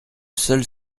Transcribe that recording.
seule